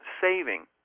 saving